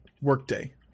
workday